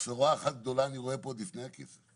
בשורה אחת אני רואה פה עוד לפני הקיזוז,